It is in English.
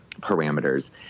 parameters